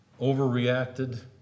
overreacted